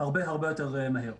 זה יהיה הרבה הרבה יותר מהר.